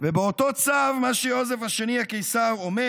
ובאותו צו מה שיוזף השני הקיסר אומר